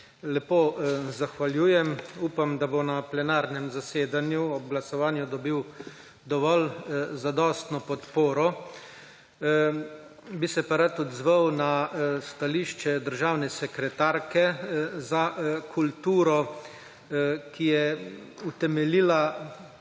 lepo zahvaljujem. Upam, da bo na plenarnem zasedanju ob glasovanju dobil dovolj zadostno podporo. Bi se pa rad odzval na stališče državne sekretarke za kulturo, ki je utemeljila,